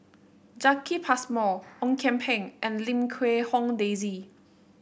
Jacki Passmore Ong Kian Peng and Lim Quee Hong Daisy